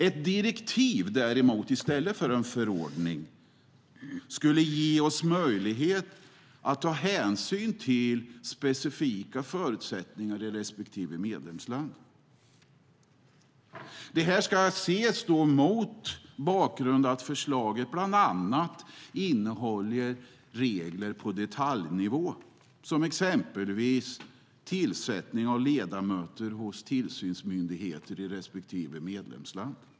Ett direktiv däremot, i stället för en förordning, skulle ge oss möjlighet att ta hänsyn till specifika förutsättningar i respektive medlemsland. Detta ska ses mot bakgrund av att förslaget bland annat innehåller regler på detaljnivå om exempelvis tillsättning av ledamöter hos tillsynsmyndigheterna i respektive medlemsland.